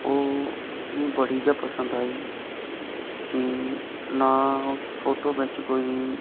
ओह् मिगी बड़ी गै पसंद आई की ना उस फोटो बिच कोई